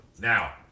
Now